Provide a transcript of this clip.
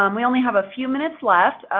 um we only have a few minutes left.